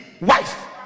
Wife